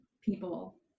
people